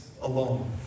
alone